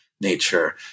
nature